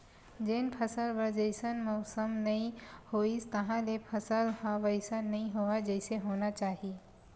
जेन फसल बर जइसन मउसम नइ होइस तहाँले फसल ह वइसन नइ होवय जइसे होना चाही